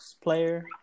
player